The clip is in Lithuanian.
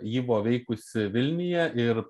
yvo veikusį vilniuje ir